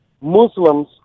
Muslims